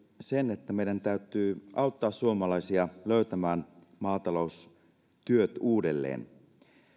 sen että meidän täytyy auttaa suomalaisia löytämään maataloustyöt uudelleen